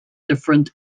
different